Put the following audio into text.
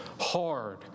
hard